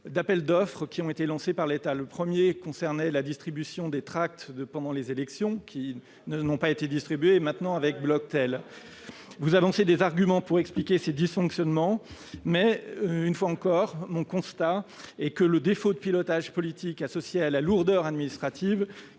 appels d'offres qui ont été lancés par l'État. Le premier concernait la distribution des tracts électoraux, le second porte sur Bloctel. Vous avancez des arguments pour expliquer ces dysfonctionnements, mais, une fois encore, le constat reste que le défaut de pilotage politique, associé à la lourdeur administrative,